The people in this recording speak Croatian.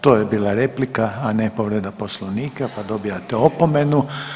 To je bila replika, a ne povreda Poslovnika pa dobijate opomenu.